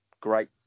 great